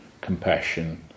compassion